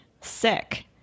sick